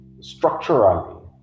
Structurally